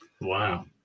Wow